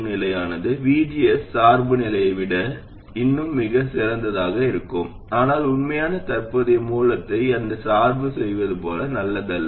நிலையான VGS சார்புநிலையை விட இது இன்னும் மிகச் சிறந்ததாக இருக்கும் ஆனால் உண்மையான தற்போதைய மூலத்துடன் அதைச் சார்பு செய்வது போல் நல்லதல்ல